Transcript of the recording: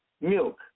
milk